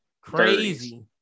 Crazy